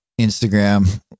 Instagram